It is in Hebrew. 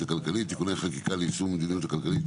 הכלכלית (תיקוני חקיקה ליישום המדיניות הכלכלית